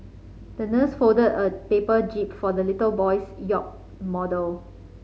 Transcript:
the nurse folded a paper jib for the little boy's yacht model